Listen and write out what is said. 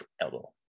elbow